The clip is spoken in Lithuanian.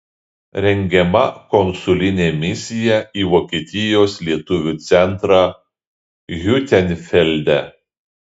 rengiama konsulinė misiją į vokietijos lietuvių centrą hiutenfelde